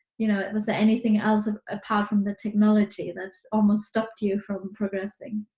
you know, was there anything else apart from the technology that almost stopped you from progressing?